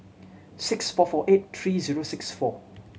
six four four eight three zero six four